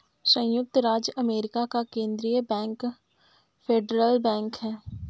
सयुक्त राज्य अमेरिका का केन्द्रीय बैंक फेडरल बैंक है